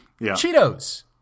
Cheetos